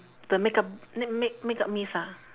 the makeup m~ make~ makeup mist ah